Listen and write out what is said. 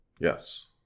Yes